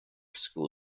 school